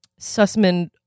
Sussman